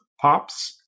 pops